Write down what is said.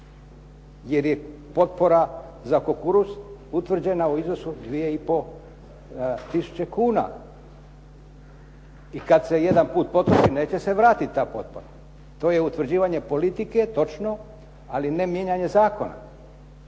jer je potpora za kukuruz utvrđena u iznosu 2,5 tisuće kuna i kad se jedan put potroši neće se vratiti ta potpora. To je utvrđivanje politike točno, ali ne mijenjanje zakona.